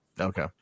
okay